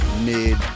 mid